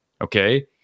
okay